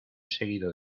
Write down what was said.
seguido